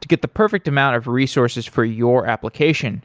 to get the perfect amount of resources for your application.